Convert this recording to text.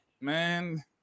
man